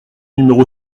numéro